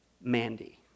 Mandy